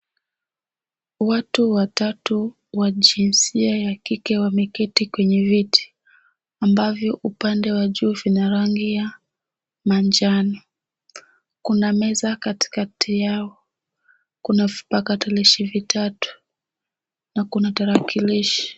Watu watatu wa jinsia ya kike wameketi kwenye viti ambavyo upande wa juu vina rangi ya manjano. Kuna meza katikati yao. Kuna vipakatalishi vitatu na kuna tarakilishi.